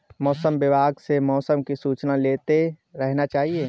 मौसम विभाग से मौसम की सूचना लेते रहना चाहिये?